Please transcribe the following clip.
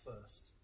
first